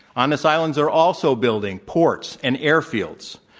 on those islands they're also building ports and air fields.